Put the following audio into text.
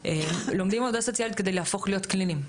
לומדים עבודה סוציאלית כדי להפוך להיות קליניים.